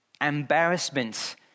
embarrassment